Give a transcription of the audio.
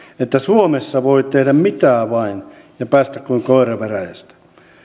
että suomessa voit tehdä mitä vain ja päästä kuin koira veräjästä